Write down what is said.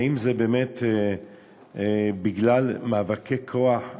האם זה באמת בגלל מאבקי כוח?